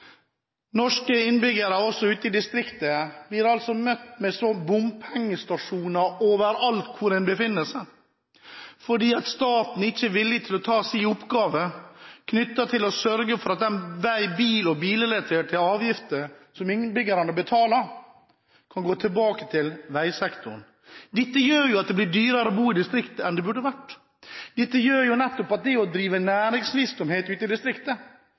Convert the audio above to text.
Norske innbyggere – også ute i distriktet – blir møtt med bompengestasjoner overalt hvor en befinner seg, fordi staten ikke er villig til å ta sin oppgave for å sørge for at vei- og bilrelaterte avgifter som innbyggerne betaler, kan gå tilbake til veisektoren. Dette gjør jo at det blir dyrere å bo i distriktet enn det burde vært. Dette gjør at det å drive næringsvirksomhet ute i distriktet